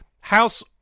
house